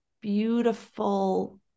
beautiful